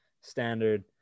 standard